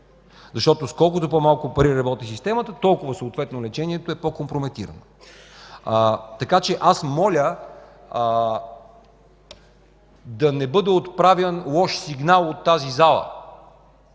С колкото по-малко пари работи системата, толкова съответно лечението е по-компрометирано. Така че аз моля да не бъде отправян лош сигнал от тази зала,